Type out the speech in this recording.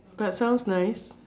but sounds nice